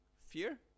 fear